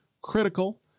critical